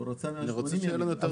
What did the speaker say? הוא רוצה יותר ימים.